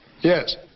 Yes